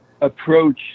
approach